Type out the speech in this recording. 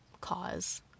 cause